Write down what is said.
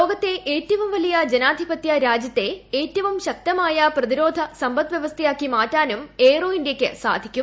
ലോകത്തെ ഏറ്റവും വലിയ് ജനാധിപത്യ രാജ്യത്ത് ഏറ്റവും ശക്തമായ പ്രതിരോധ സമ്പദ്വ്യവസ്ഥയാക്കി മാറ്റ്സു് എയ്റോ ഇന്ത്യയ്ക്ക് സാധിക്കും